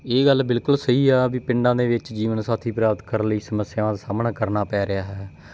ਇਹ ਗੱਲ ਬਿਲਕੁਲ ਸਹੀ ਆ ਵੀ ਪਿੰਡਾਂ ਦੇ ਵਿੱਚ ਜੀਵਨ ਸਾਥੀ ਪ੍ਰਾਪਤ ਕਰਨ ਲਈ ਸਮੱਸਿਆ ਦਾ ਸਾਹਮਣਾ ਕਰਨਾ ਪੈ ਰਿਹਾ ਹੈ